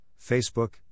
Facebook